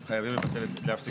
נמצאים, אדוני היועץ המשפטי.